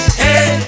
hey